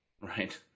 Right